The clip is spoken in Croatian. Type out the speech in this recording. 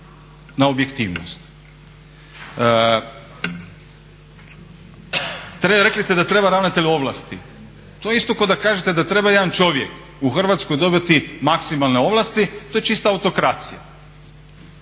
na objektivnost. Rekli ste da treba ravnatelj ovlasti. To je isto kao da kažete da treba jedan čovjek u Hrvatskoj dobiti maksimalne ovlasti, to je čista autokracija.